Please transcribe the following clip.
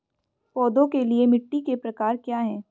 पौधों के लिए मिट्टी के प्रकार क्या हैं?